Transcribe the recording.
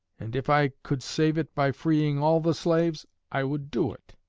and if i could save it by freeing all the slaves, i would do it.